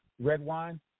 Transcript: Redwine